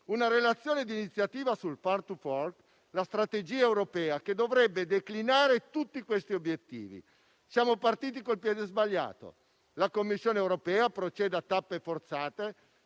una relazione di iniziativa sul *farm to fork*, la strategia europea che dovrebbe declinare tutti questi obiettivi. Siamo partiti col piede sbagliato: la Commissione europea procede a tappe forzate,